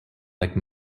like